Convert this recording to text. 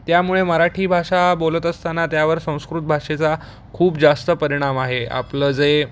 त्यामुळे मराठी भाषा बोलत असताना त्यावर संस्कृत भाषेचा खूप जास्त परिणाम आहे आपलं जे